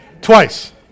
twice